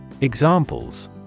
Examples